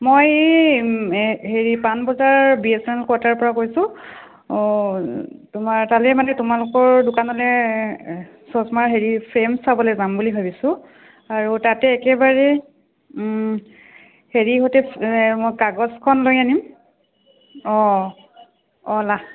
মই এই হেৰি পাণ বজাৰ বি এছ এন এল কোৱাটাৰৰপৰা কৈছোঁঁ তোমাৰ তালৈ মানে তোমালোকৰ দোকানলৈ চশমাৰ হেৰি ফ্ৰেম চাবলৈ যাম বুলি ভাবিছোঁ আৰু তাতে একেবাৰে হেৰিহঁতে মই কাগজখন লৈ আনিম অঁ অঁ